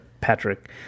Patrick